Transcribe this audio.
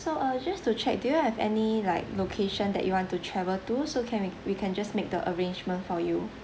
so uh just to check do you have any like location that you want to travel to so can we we can just make the arrangement for you